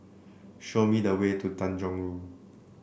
show me the way to Tanjong Rhu